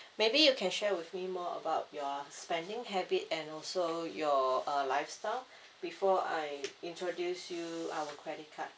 maybe you can share with me more about your spending habit and also your uh lifestyle before I introduce you our credit card